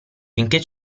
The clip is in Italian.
finché